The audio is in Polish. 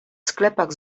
sklepach